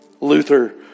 Luther